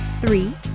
Three